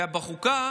ובחוקה